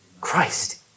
Christ